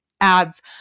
ads